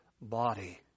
body